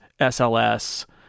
sls